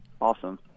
Awesome